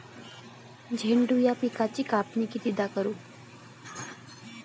झेंडू या पिकाची कापनी कितीदा करू?